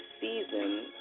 season